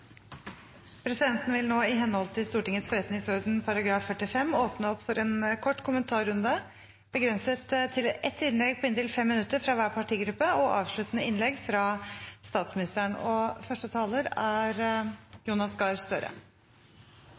Presidenten vil nå, i henhold til Stortingets forretningsorden § 45, åpne opp for en kort kommentarrunde, begrenset til ett innlegg på inntil 5 minutter fra hver partigruppe og avsluttende innlegg fra statsministeren.